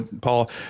Paul